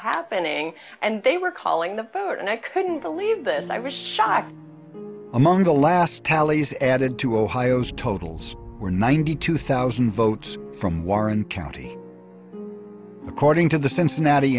happening and they were calling the phone and i couldn't believe this i was shocked among the last tallies added to ohio's totals were ninety two thousand votes from warren county according to the cincinnati